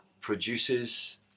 produces